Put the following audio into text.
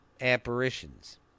apparitions